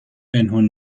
پنهون